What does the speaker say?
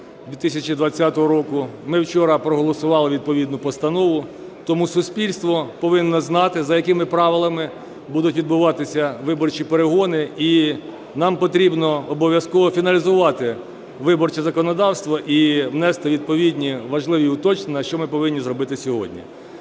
2020 року, ми вчора проголосували відповідну постанову, тому суспільство повинно знати, за якими правилами будуть відбуватися виборчі перегони. І нам потрібно обов'язково фіналізувати виборче законодавство і внести відповідні важливі уточнення, що ми повинні зробити сьогодні.